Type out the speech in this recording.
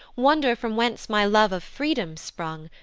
wonder from whence my love of freedom sprung,